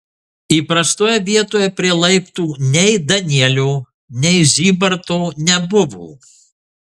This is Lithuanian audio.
įprastoje vietoje prie laiptų nei danielio nei zybarto nebuvo